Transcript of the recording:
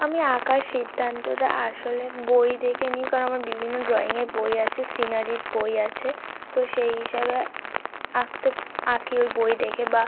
আমি আঁকার সিদ্ধান্তটা আসলে বই দেখে নিই কারণ আমার বিভিন্ন ড্রইংয়ের বই আছে সিনারির বই আছে তো সেই হিসাবে আঁকতে আঁকি ওই বই দেখে বা